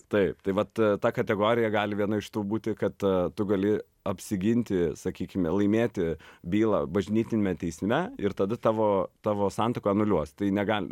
taip tai vat ta kategorija gali viena iš tų būti kad tu gali apsiginti sakykim laimėti bylą bažnytiniame teisme ir tada tavo tavo santuoką anuliuos tai negali